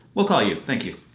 we'll call you. thank you.